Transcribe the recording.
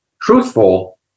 truthful